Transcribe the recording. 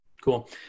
Cool